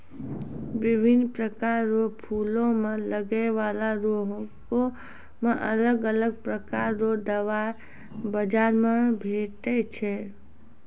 बिभिन्न प्रकार रो फूलो मे लगै बाला रोगो मे अलग अलग प्रकार रो दबाइ बाजार मे भेटै छै